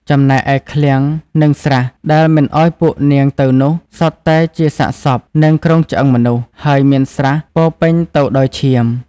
ចំណែកឯឃ្លាំង និងស្រះដែលមិនឲ្យពួកនាងទៅនោះ សុទ្ធតែជាសាកសព និងគ្រោងឆ្អឹងមនុស្ស ហើយមានស្រះពោរពេញទៅដោយឈាម។